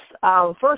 First